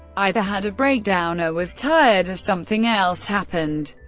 either had a breakdown or was tired, or something else happened,